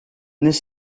this